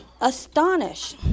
Astonish